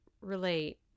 relate